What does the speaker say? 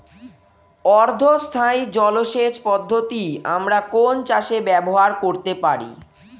অর্ধ স্থায়ী জলসেচ পদ্ধতি আমরা কোন চাষে ব্যবহার করতে পারি?